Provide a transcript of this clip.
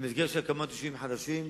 במסגרת של הקמת יישובים חדשים,